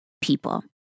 people